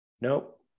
Nope